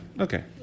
Okay